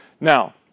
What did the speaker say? Now